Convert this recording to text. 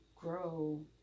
grow